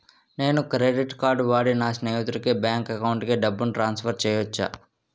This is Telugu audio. నేను క్రెడిట్ కార్డ్ వాడి నా స్నేహితుని బ్యాంక్ అకౌంట్ కి డబ్బును ట్రాన్సఫర్ చేయచ్చా?